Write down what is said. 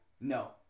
No